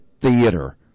theater